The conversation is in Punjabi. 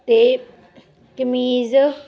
'ਤੇ ਕਮੀਜ਼